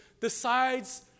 decides